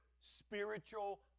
spiritual